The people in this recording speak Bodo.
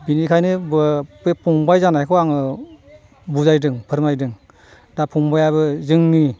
बिनिखायनो बे फंबाय जानायखौ आङो बुजायदों फोरमायदों दा फंबायाबो जोंनि